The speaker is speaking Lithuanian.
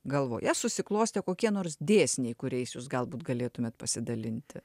galvoje susiklostę kokie nors dėsniai kuriais jūs galbūt galėtumėt pasidalinti